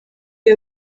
iyo